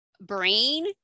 brain